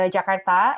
Jakarta